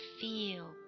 feel